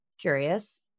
curious